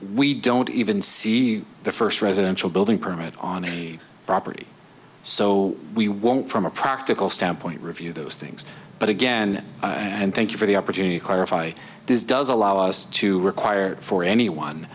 we don't even see the first residential building permit on any property so we won't from a practical standpoint review those things but again and thank you for the opportunity to clarify this does allow us to require for anyone